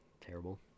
Terrible